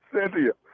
Cynthia